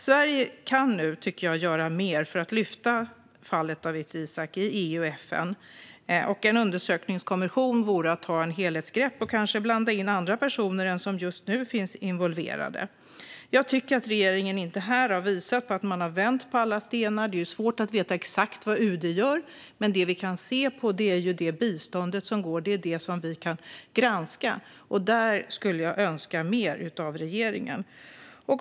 Sverige kan göra mer för att lyfta fallet Dawit Isaak i EU och FN. En undersökningskommission vore att ta ett helhetsgrepp. Kanske kunde man blanda in andra personer än de som just nu är involverade. Jag tycker inte att regeringen har visat att man har vänt på alla stenar. Det är svårt att veta exakt vad UD gör, men det vi kan se och granska är biståndet. Där skulle jag önska mer av regeringen.